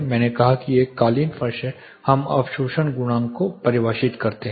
मैंने कहा कि यह एक कालीन फर्श है हम अवशोषण गुणांक को परिभाषित करते हैं